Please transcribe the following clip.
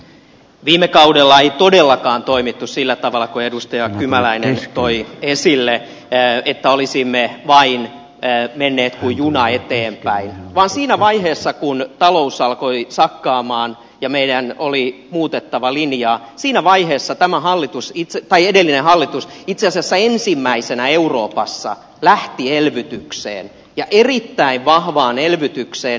viime kaudella ei todellakaan toimittu sillä tavalla kuin edustaja kymäläinen toi esille että olisimme vain menneet kuin juna eteenpäin vaan siinä vaiheessa kun talous alkoi sakata ja meidän oli muutettava linjaa siinä vaiheessa tämä hallitus itse tai edellinen hallitus itse asiassa ensimmäisenä euroopassa lähti elvytykseen ja erittäin vahvaan elvytykseen